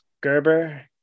gerber